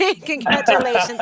Congratulations